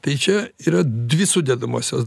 tai čia yra dvi sudedamosios